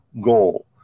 goal